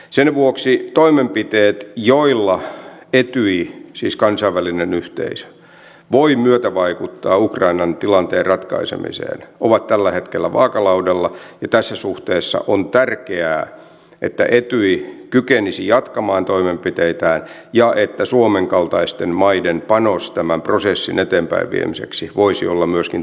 sen vuoksi toimenpiteet joilla etyj siis kansainvälinen yhteisö voi myötävaikuttaa ukrainan tilanteen ratkaisemiseen ovat tällä hetkellä vaakalaudalla ja tässä suhteessa on tärkeää että etyj kykenisi jatkamaan toimenpiteitään ja että suomen kaltaisten maiden panos tämän prosessin eteenpäinviemiseksi voisi olla myöskin täysimittainen